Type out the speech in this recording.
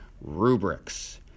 rubrics